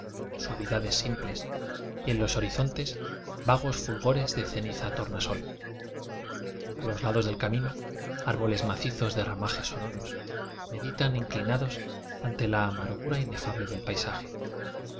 des simpies y en los horizontes vagos ful gores de ceniza tornasol a los lados del camino árboles macizos de ramajes sono ros meditan inclinados ante la amargura inefable del paisaje